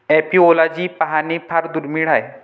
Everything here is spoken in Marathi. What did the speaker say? एपिओलॉजी पाहणे फार दुर्मिळ आहे